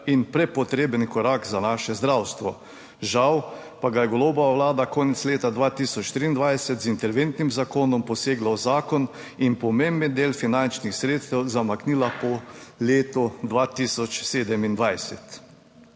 in prepotreben korak za naše zdravstvo. Žal pa ga je Golobova Vlada konec leta 2023 z interventnim zakonom posegla v zakon in pomemben del finančnih sredstev zamaknila po letu 2027.